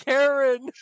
Karen